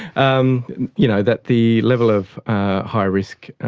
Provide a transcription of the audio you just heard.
um you know, that the level of high risk